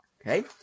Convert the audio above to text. Okay